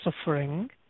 suffering